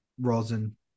rosin